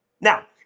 Now